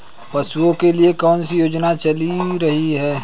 पशुपालन के लिए कौन सी योजना चल रही है?